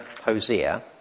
Hosea